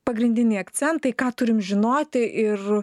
pagrindiniai akcentai ką turim žinoti ir